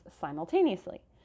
simultaneously